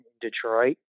Detroit